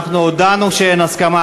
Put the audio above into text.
אנחנו הודענו שאין הסכמה,